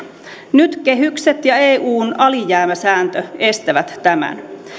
nyt kehykset ja eun alijäämäsääntö estävät tämän